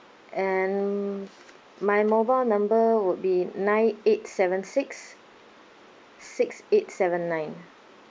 and my mobile number would be nine eight seven six six eight seven nine